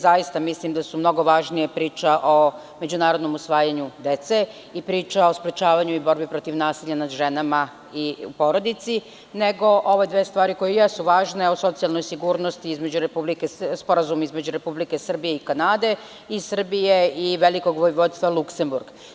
Zaista mislim da je mnogo važnija priča o međunarodnom usvajanju dece i priča o sprečavanju i borbi protiv nasilja nad ženama i porodici, nego ove dve stvari koje jesu važne, o socijalnoj sigurnosti, Sporazuma između Republike Srbije i Kanade i Srbije i Velikog Vojvodstva Luksemburg.